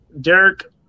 Derek